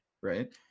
right